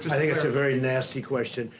think it's a very nasty question,